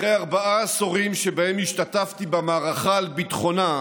אחרי ארבעה עשורים שבהם השתתפתי במערכה על ביטחונה,